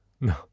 no